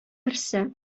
берсе